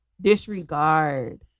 disregard